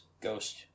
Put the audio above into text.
Ghost